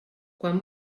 quan